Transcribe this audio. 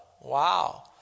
wow